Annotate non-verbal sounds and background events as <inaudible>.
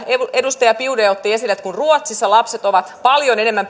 edustaja biaudet otti esille sen kun ruotsissa lapset ovat paljon enemmän <unintelligible>